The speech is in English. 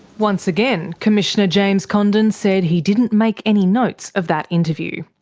once again, commissioner james condon said he didn't make any notes of that interview.